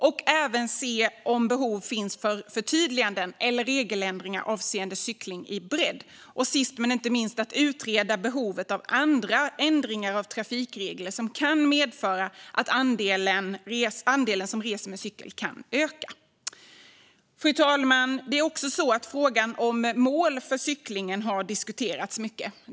Man ska även se om behov finns av förtydliganden eller regeländringar avseende cykling i bredd. Sist men inte minst ska man utreda behovet av andra ändringar av trafikregler som kan medföra att andelen som reser med cykel kan öka. Fru talman! Frågan om mål för cyklingen har diskuterats mycket.